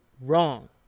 wrong